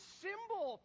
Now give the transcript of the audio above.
symbol